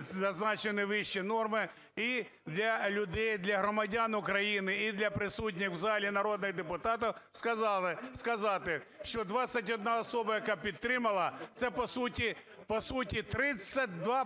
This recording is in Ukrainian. зазначеної вище норми, і для людей, для громадян України і для присутніх в залі народних депутатів сказати, що 21 особа, яка підтримала, це по суті 32